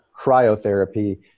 cryotherapy